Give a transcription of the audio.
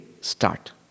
start